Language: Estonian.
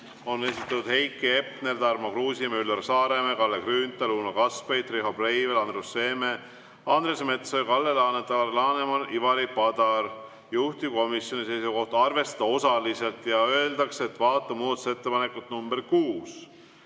esitanud Heiki Hepner, Tarmo Kruusimäe, Üllar Saaremäe, Kalle Grünthal, Uno Kaskpeit, Riho Breivel, Andrus Seeme, Andres Metsoja, Kalle Laanet, Alar Laneman, Ivari Padar, juhtivkomisjoni seisukoht on arvestada osaliselt ja öeldakse, et vaata muudatusettepanekut nr 6.